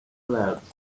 clouds